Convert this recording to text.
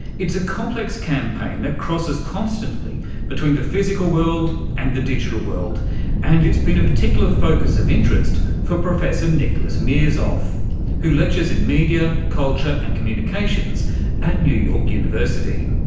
it's a complex campaign that crosses constantly between the physical world and the digital world and it's been a particular focus of interest for professor nicholas mirzoeff who lectures in media, culture and communications at new york university.